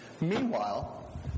Meanwhile